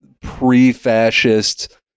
pre-fascist